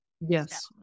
yes